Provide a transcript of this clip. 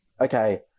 okay